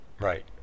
right